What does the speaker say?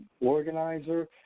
organizer